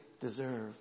deserve